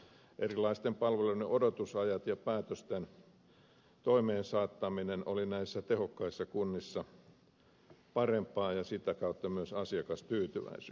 erilaisten palveluiden odotusajat ja päätösten toimeensaattaminen oli näissä tehokkaissa kunnissa parempaa ja sitä kautta myös asiakastyytyväisyys